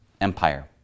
empire